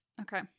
okay